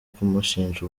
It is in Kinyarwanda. kumushinja